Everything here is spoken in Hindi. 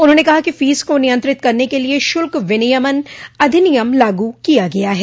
उन्होंने कहा कि फीस को नियंत्रित करने के लिये शुल्क विनियमन अधिनियम लागू किया गया है